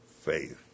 faith